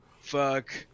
Fuck